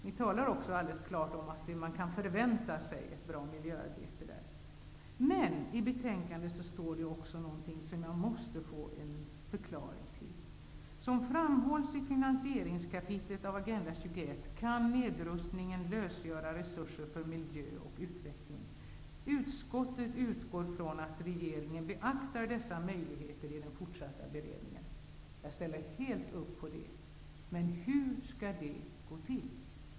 Ni talar också alldeles klart om att man kan förvänta sig ett bra miljöarbete. Men i betänkandet står det också något som jag måste få en förklaring till. Det står: ''Som framhålls i finansieringskapitlet av Agenda 21 kan nedrustningen lösgöra resurser för miljö och utveckling. Utskottet utgår från att regeringen beaktar dessa möjligheter i den fortsatta beredningen.'' Jag ställer mig helt bakom detta. Men hur skall det gå till?